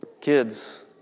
Kids